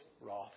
wrath